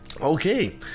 Okay